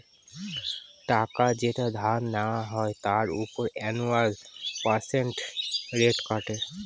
টাকা যেটা ধার নেওয়া হয় তার উপর অ্যানুয়াল পার্সেন্টেজ রেট কাটে